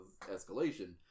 escalation